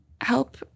help